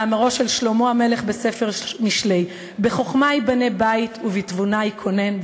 מאמרו של שלמה המלך בספר משלי: "בחכמה יבנה בית ובתבונה יתכונן".